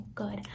good